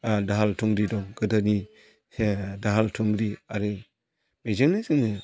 दाहाल थुंग्रि दं गोदोनि दाहाल थुंग्रि आरो बेजोंनो जोङो